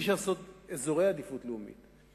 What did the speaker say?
אי-אפשר לעשות אזורי עדיפות לאומית.